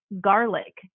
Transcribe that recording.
garlic